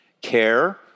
care